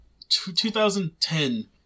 2010